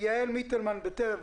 יעל מיטלמן, ארגון בטרם.